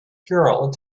girl